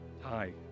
Hi